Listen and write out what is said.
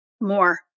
more